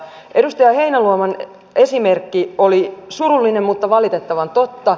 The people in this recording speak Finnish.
edustaja heinäluoman esimerkki oli surullinen mutta valitettavan totta